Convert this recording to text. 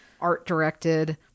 art-directed